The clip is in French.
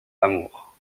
amour